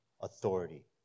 authority